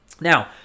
Now